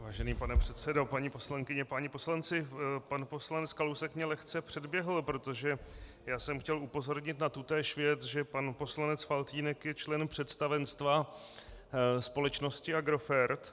Vážený pane předsedo, paní poslankyně, páni poslanci, pan poslanec Kalousek mě lehce předběhl, protože jsem chtěl upozornit na tutéž věc, že pan poslanec Faltýnek je člen představenstva společnosti Agrofert.